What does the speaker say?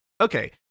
okay